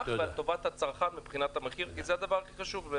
ועל טובת הצרכן ביחס למחיר כי זה הדבר הכי חשוב.